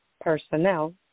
personnel